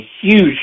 huge